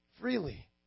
freely